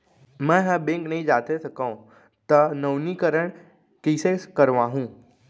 मैं ह बैंक नई जाथे सकंव त नवीनीकरण कइसे करवाहू?